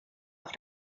auf